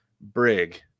brig